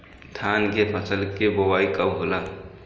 धान के फ़सल के बोआई कब होला?